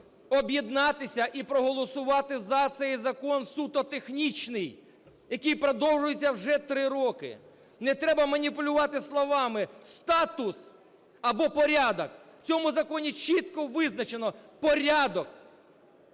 об'єднатися і проголосувати за цей закон суто технічний, який продовжується вже 3 роки. Не треба маніпулювати словами "статус" або "порядок". В цьому законі чітко визначено порядок.